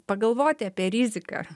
pagalvoti apie riziką